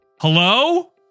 Hello